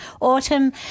autumn